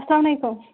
اسلامُ علیکم